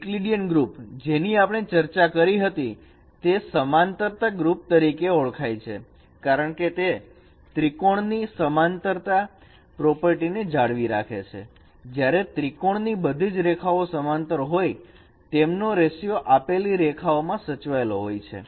Euclidean group જેની આપણે ચર્ચા કરી હતી તે સમાનતરતા ગ્રુપ તરીકે ઓળખાય છે કારણ કે તે ત્રિકોણની સમાંતર તા પ્રોપર્ટીને જાળવી રાખે છે જ્યારે ત્રિકોણ ની બધી જ રેખાઓ સમાંતર હોય તેમનો રેશિયો આપેલી રેખાઓ માં સચવાયેલો હોય છે